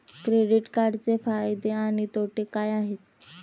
Credit कार्डचे फायदे आणि तोटे काय आहेत?